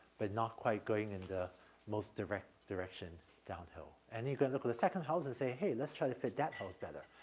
but not quite going in the most direct direction downhill. and you go look at the second house and say, hey, let's try to fit that house better.